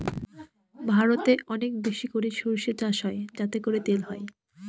ভারতে অনেক বেশি করে সর্ষে চাষ হয় যাতে করে তেল হয়